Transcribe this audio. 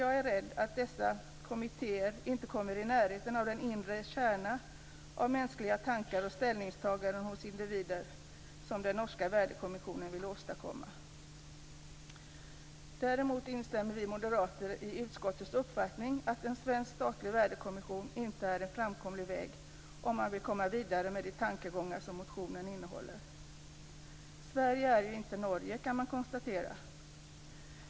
Jag är rädd att dessa tre kommittéer inte kommer i närheten av den inre kärna av mänskliga tankar och ställningstaganden hos individer som den norska värdekommissionen vill åstadkomma. Däremot instämmer vi moderater i utskottets uppfattning att en svensk statlig värdekommission inte är en framkomlig väg om man vill komma vidare med de tankegångar som motionen innehåller. Sverige är inte Norge, kan man konstatera.